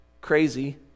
crazy